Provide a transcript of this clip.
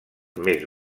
més